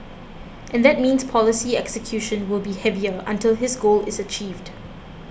and that means policy execution will be heavier until his goal is achieved